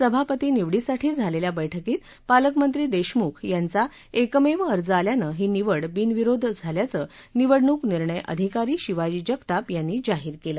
सभापती निवडीसाठी झालेल्या बैठकीत पालकमधीी देशमुख याची एकमेव अर्ज आल्यानं ही निवड बिनविरोध झाल्याचं निवडणूक निर्णय अधिकारी शिवाजी जगताप याप्ती जाहीर केलं